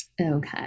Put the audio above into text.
okay